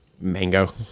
Mango